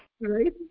right